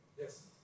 Yes